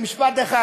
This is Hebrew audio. במשפט אחד,